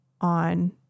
on